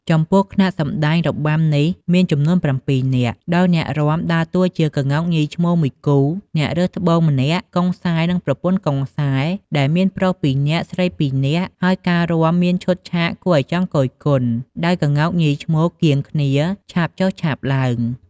ចំពោះខ្នាតសម្តែងរបាំនេះមានចំនួន ៧នាក់ ដោយអ្នករាំដើរតួជាក្ងោកញីឈ្មោល ១គូ អ្នករើសត្បូងម្នាក់ កុងសែ និង ប្រពន្ធកុងសែ ដែលមាន ប្រុស ២នាក់ ស្រី ២នាក់ ហើយការរាំមានឈុតឆាកគួរឲ្យចង់គយគន់ ដោយក្ងោកញីឈ្មោលកៀងគ្នា ឆាបចុះឆាបឡើង ។